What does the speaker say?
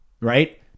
Right